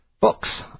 Books